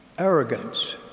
arrogance